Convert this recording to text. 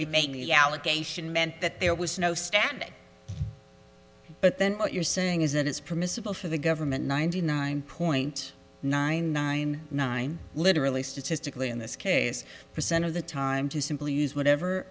make the allegation meant that there was no standard but then what you're saying is that it's permissible for the government ninety nine point nine nine nine literally statistically in this case percent of the time to simply use whatever